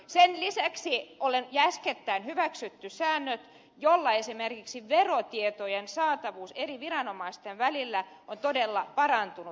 sen lisäksi äskettäin on hyväksytty säännöt joilla esimerkiksi verotietojen saatavuus eri viranomaisten välillä on todella parantunut